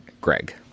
Greg